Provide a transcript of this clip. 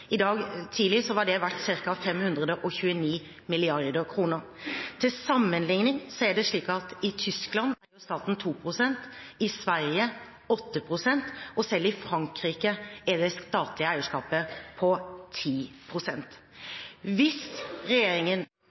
I dag tidlig var det verdt ca. 529 mrd. kr. Til sammenligning er det slik at i Tyskland eier staten 2 pst., i Sverige 8 pst., og selv i Frankrike er det statlige eierskapet på 10 pst. Hvis regjeringen